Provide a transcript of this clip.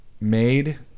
Made